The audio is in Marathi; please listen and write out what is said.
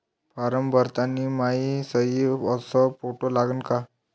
फारम भरताना मायी सयी अस फोटो लागन का?